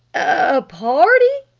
a party?